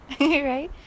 right